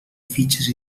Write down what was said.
fitxes